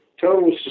total